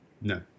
No